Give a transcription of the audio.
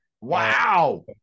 Wow